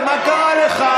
כמה יהודים יכולים לקנות